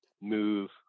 move